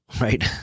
right